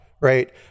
right